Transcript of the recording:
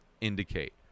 indicate